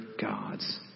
God's